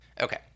Okay